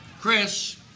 Chris